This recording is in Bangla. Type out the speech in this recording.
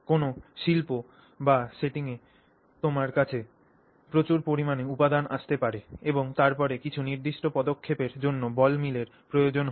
কোনও শিল্প বা সেটিংয়ে তোমার কাছে প্রচুর পরিমাণে উপাদান আসতে পারে এবং তারপরে কিছু নির্দিষ্ট পদক্ষেপের জন্য বল মিলের প্রয়োজন হয়